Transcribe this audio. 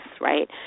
right